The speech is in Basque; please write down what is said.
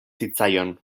zitzaion